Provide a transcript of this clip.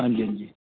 ਹਾਂਜੀ ਹਾਂਜੀ